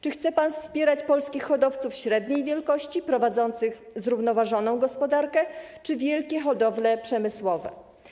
Czy chce pan wspierać polskich hodowców średniej wielkości, prowadzących zrównoważoną gospodarkę, czy wielkie hodowle przemysłowe?